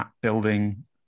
building